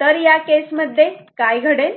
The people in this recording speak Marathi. तर या केस मध्ये काय घडेल